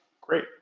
Great